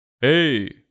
Hey